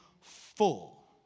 full